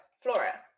Flora